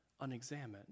unexamined